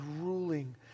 ruling